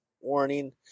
warning